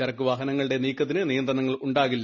ചരക്കുവാഹനങ്ങളുടെ നീക്കത്തിന് നിയന്ത്രണങ്ങൾ ഉണ്ടാകില്ല